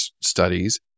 studies